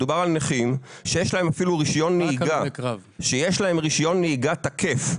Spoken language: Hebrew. מדובר על נכים שיש להם רישיון נהיגה תקף.